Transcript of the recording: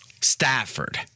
Stafford